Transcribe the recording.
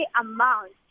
amount